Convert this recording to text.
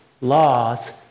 laws